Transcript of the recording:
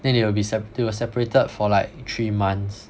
then they will be sep~ they were separated for like three months